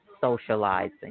socializing